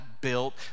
built